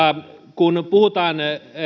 kun puhutaan